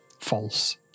false